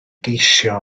geisio